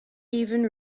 even